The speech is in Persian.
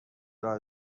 راه